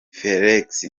felix